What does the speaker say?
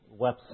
website